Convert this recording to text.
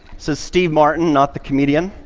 so steve martin not the comedian